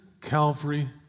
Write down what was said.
Calvary